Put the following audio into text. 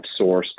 sourced